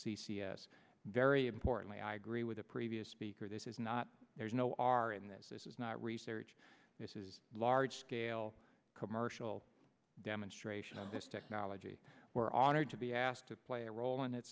s very importantly i agree with the previous speaker this is not there's no are in this this is not research this is large scale commercial demonstration of this technology we're honored to be asked to play a role in its